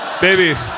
Baby